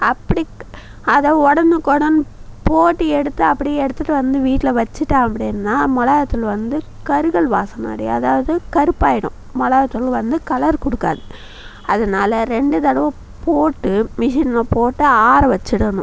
அப்படி அதை உடனுக்கொடன் போட்டு எடுத்து அப்படியே எடுத்துகிட்டு வந்து வீட்டில் வச்சுட்டோம் அப்படின்னா மிளகாத்தூள் வந்து கருகல் வாசம் மாதிரி அதாவது கருப்பாயிடும் மிளகாத்தூள் வந்து கலர் கொடுக்காது அதனால் ரெண்டு தடவை போட்டு மிஷினில் போட்டு ஆற வச்சுடணும்